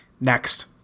Next